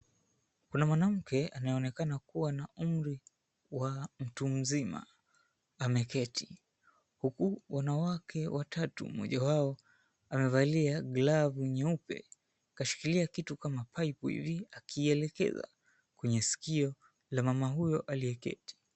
Kuna mwanamke anaonekana kuwa na umri wa mtu mzima ameketi. Huku wanawake watatu mmoja wao amevalia glavu nyeupe, kashikilia kitu kama pipe hivi akielekeza kwenye skio la mama huyo aliyeketi.